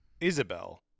Isabel